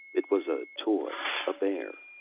it was a toy, a bear.